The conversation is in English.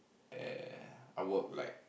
eh I work like